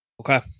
Okay